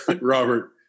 Robert